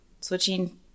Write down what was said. switching